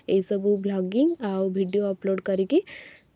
ଏଇସବୁ ଭ୍ଲଗିଙ୍ଗ୍ ଆଉ video upload କରିକି